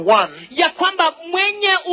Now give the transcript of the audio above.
one